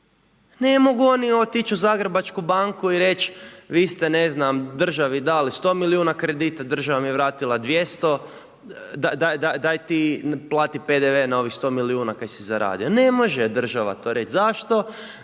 Ne mogu oni otići u Zagrebačku banku i reć vi ste, ne znam, državi dali 100 milijuna kredita, država vam je vratila 200, daj ti plati PDV kaj si zaradio. Ne može države to reći, zašto,